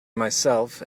myself